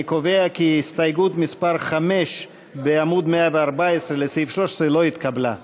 אני קובע כי הסתייגות מס' 5 בעמוד 114 לסעיף 13 לא התקבלה.